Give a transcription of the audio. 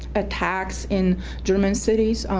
attacks in german cities on,